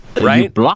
Right